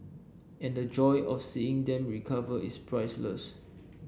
and the joy of seeing them recover is priceless